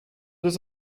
des